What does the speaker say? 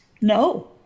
No